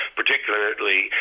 particularly